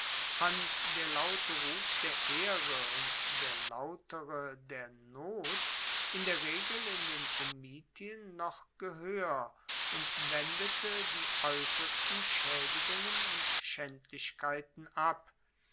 fand der laute ruf der ehre und der lautere der not in der regel in den komitien noch gehoer und wendete die aeussersten schaedigungen und schaendlichkeiten ab